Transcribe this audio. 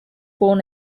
born